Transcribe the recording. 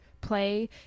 play